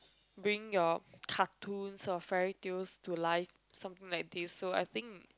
bring your cartoons or fairytales to life something like this so I think